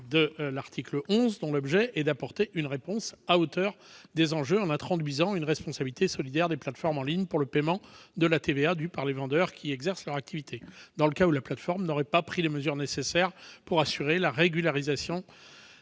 la fraude. Cet ajout visait à apporter une réponse à la hauteur des enjeux en introduisant une responsabilité solidaire des plateformes en ligne pour le paiement de la TVA due par les vendeurs qui y exercent leur activité dans le cas où la plateforme n'aurait pas pris les mesures nécessaires pour assurer la régularisation